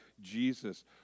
Jesus